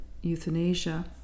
euthanasia